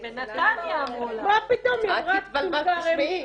עם אמא שלו עכשיו בטייבה.